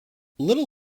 little